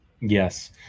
Yes